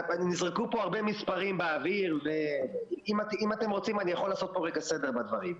נזרקו פה הרבה מספרים באוויר ואם אתם רוצים אני יכול לעשות סדר בדברים.